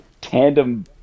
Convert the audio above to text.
tandem